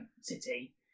City